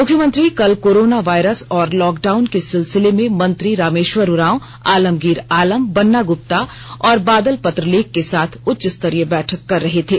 मुख्यमंत्री कल corona virus और लॉकडाउन के सिलसिले में मंत्री रामेश्वर उरांव आलमगीर आलम बन्ना गुप्ता और बादल पत्रलेख के साथ उच्चस्तरीय बैठक कर रहे थे